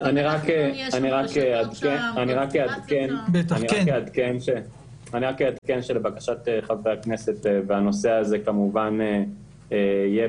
אני רק אעדכן ואומר שלבקשת חברי הכנסת והנושא הזה כמובן יהיה